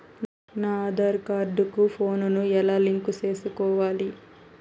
నా ఆధార్ కార్డు కు ఫోను ను ఎలా లింకు సేసుకోవాలి?